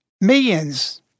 millions